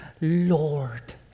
Lord